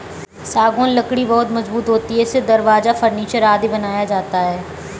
सागौन लकड़ी बहुत मजबूत होती है इससे दरवाजा, फर्नीचर आदि बनाया जाता है